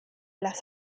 las